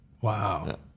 Wow